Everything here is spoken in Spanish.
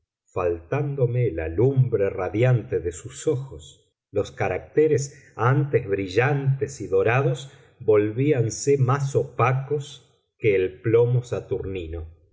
faltándome la lumbre radiante de sus ojos los caracteres antes brillantes y dorados volvíanse más opacos que el plomo saturnino